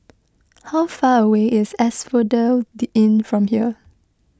how far away is Asphodel Inn from here